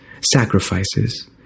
sacrifices